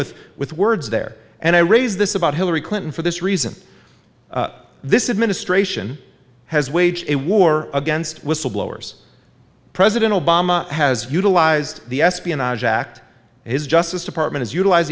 with with words there and i raise this about hillary clinton for this reason this is ministration has waged a war against whistleblowers president obama has utilized the espionage act his justice department is utilize